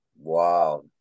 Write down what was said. wow